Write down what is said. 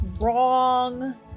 wrong